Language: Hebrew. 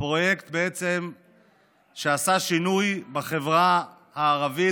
הפרויקט בעצם שעשה שינוי בחברה הערבית,